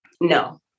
No